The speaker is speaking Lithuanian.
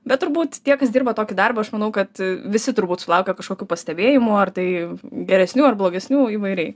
bet turbūt tie kas dirba tokį darbą aš manau kad visi turbūt sulaukia kažkokių pastebėjimų ar tai geresnių ar blogesnių įvairiai